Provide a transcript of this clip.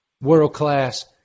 world-class